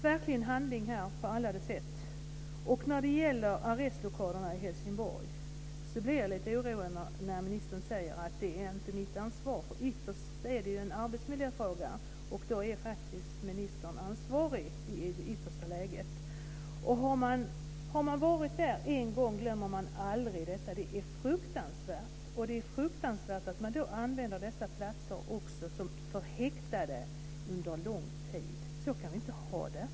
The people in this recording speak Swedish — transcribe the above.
Det behövs handling på alla sätt. När det gäller arrestlokalerna i Helsingborg blir jag lite orolig när ministern säger: Det är inte mitt ansvar. Ytterst är det ju en arbetsmiljöfråga, och då är ministern faktiskt ansvarig. Har man varit där en gång glömmer man det aldrig. Det är fruktansvärt. Och det är fruktansvärt att man använder dessa platser också för häktade under lång tid. Så kan vi inte ha det.